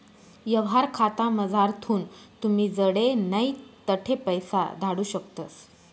यवहार खातामझारथून तुमी जडे नै तठे पैसा धाडू शकतस